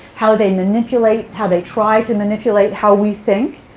how they manipulate, how they try to manipulate how we think.